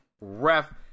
Ref